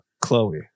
Chloe